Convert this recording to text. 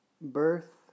Birth